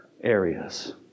areas